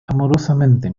amorosamente